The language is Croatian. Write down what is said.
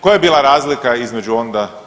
Koja je bila razlika između onda i